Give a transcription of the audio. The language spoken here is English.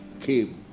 came